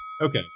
Okay